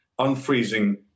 unfreezing